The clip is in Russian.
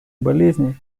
болезней